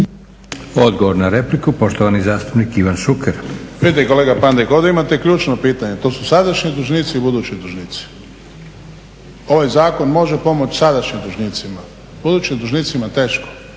Odgovor na repliku, poštovani zastupnik Ivan Šuker. **Šuker, Ivan (HDZ)** Vidite kolega Pandek, ovdje imate ključno pitanje. To su sadašnji dužnici i budući dužnici. Ovaj zakon može pomoći sadašnjim dužnicima, budućim dužnicima teško,